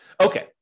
Okay